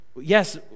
Yes